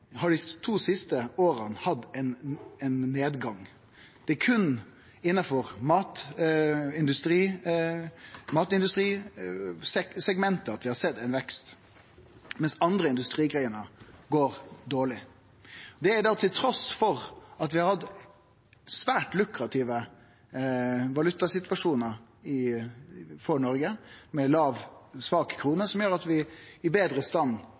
har dei to siste åra hatt ein nedgang. Det er berre innanfor matindustrisegmentet at vi har sett vekst, mens andre industrigreiner går dårleg – dette til tross for at vi har hatt svært lukrative valutasituasjonar i Noreg, med ei svak krone, noko som gjer at vi er betre i stand